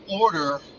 order